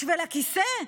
בשביל הכיסא?